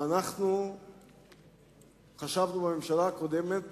ואנחנו חשבנו בממשלה הקודמת